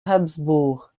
habsbourg